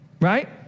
Right